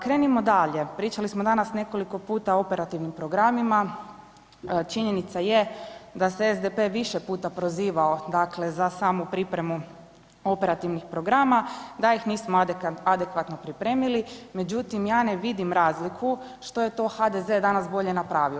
Krenimo dalje, pričali smo danas nekoliko o operativnim programima, činjenica jest da se SDP više puta prozivao dakle za samu pripremu operativnih programa, da ih nismo adekvatno pripremili, međutim ja ne vidim razliku što je to HDZ danas bolje napravio.